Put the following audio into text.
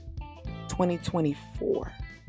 2024